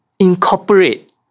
incorporate